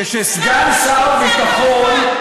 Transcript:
כשסגן שר הביטחון,